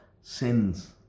sins